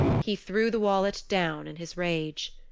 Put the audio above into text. he threw the wallet down in his rage.